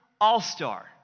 All-Star